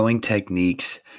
techniques